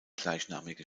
gleichnamige